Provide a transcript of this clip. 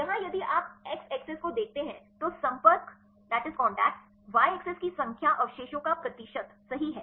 यहाँ यदि आप एक्स अक्ष को देखते हैं तो संपर्क y की संख्या अवशेषों का प्रतिशत सही है